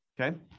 okay